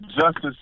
justice